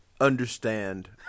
understand